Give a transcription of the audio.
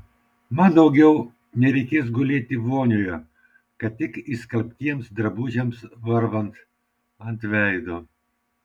man daugiau nereikės gulėti vonioje ką tik išskalbtiems drabužiams varvant ant veido